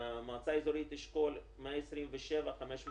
מועצה אזורית אשכול 127,539,